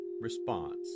response